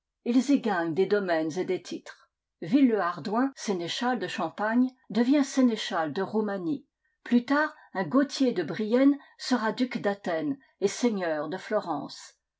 ils y gagnent des domaines et des titres villehardouin sénéchal de champagne devient sénéchal de roumanie plus tard un gautier de brienne sera duc d'athènes et seigneur de florence